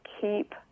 keep